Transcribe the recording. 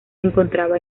encontraba